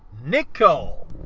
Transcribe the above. Nicole